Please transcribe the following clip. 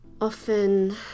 Often